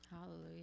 Hallelujah